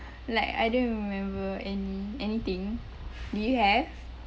like I don't remember any~ anything do you have